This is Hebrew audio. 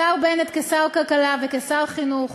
השר בנט, כשר הכלכלה וכשר החינוך,